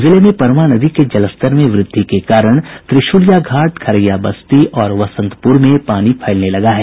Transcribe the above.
जिले में परमा नदी के जलस्तर में वृद्धि के कारण त्रिशूलिया घाट खरैया बस्ती और बसंतपुर में पानी फैलने लगा है